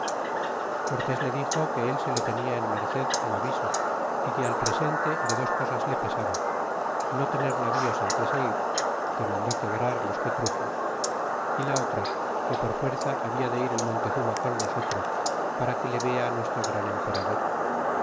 cortés le dixo que él se lo tenia en merced el aviso y que al presente de dos cosas le pesaba no tener navíos en que se ir que mandó quebrar los que truxo y la otra que por fuerza habia de ir el montezuma con nosotros para que le vea nuestro gran emperador